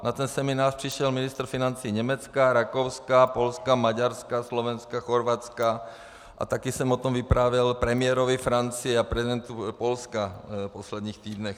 Na ten seminář přišel ministr financí Německa, Rakouska, Polska, Maďarska, Slovenska, Chorvatska a taky jsem o tom vyprávěl premiérovi Francie a prezidentovi Polska v posledních týdnech.